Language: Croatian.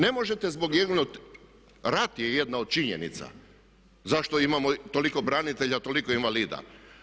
Ne možete zbog jednog, rat je jedna od činjenica zašto imamo toliko branitelja i toliko invalida.